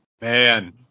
Man